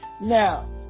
Now